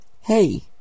Hey